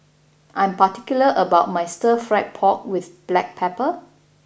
I am particular about my Stir Fried Pork with Black Pepper